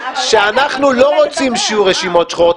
שאנחנו לא רוצים שיהיו רשימות שחורות,